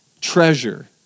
treasure